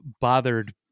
bothered